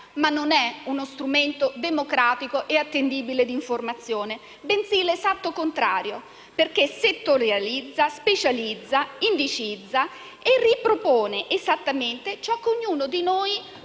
ma non è uno strumento democratico e attendibile di informazione, bensì l'esatto contrario, perché settorializza, specializza, indicizza e ripropone esattamente ciò che ognuno di noi